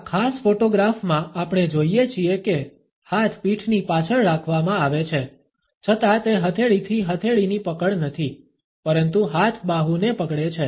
આ ખાસ ફોટોગ્રાફમાં આપણે જોઇએ છીએ કે હાથ પીઠની પાછળ રાખવામાં આવે છે છતાં તે હથેળીથી હથેળીની પકડ નથી પરંતુ હાથ બાહુને પકડે છે